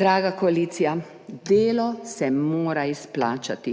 Draga koalicija, delo se mora izplačati.